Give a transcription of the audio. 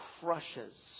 crushes